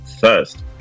first